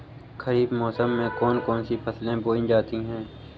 खरीफ मौसम में कौन कौन सी फसलें बोई जाती हैं?